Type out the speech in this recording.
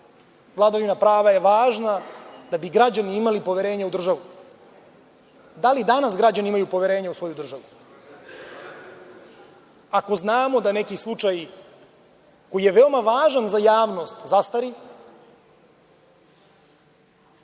Vladavina prava je važna da bi građani imali poverenja u državu. Da li danas građani imaju poverenja u svoju državu, ako znamo da neki slučaj koji je veoma važan za javnost zastari,